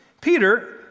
Peter